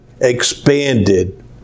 expanded